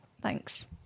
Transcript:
Thanks